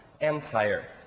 empire